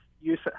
use